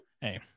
Hey